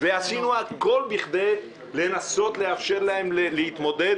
ועשינו הכול בכדי לנסות לאפשר להן להתמודד